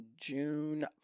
June